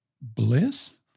bliss